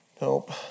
Nope